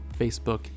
Facebook